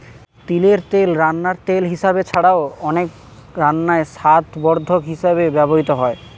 তিলের তেল রান্নার তেল হিসাবে ছাড়াও, অনেক রান্নায় স্বাদবর্ধক হিসাবেও ব্যবহৃত হয়